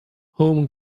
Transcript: home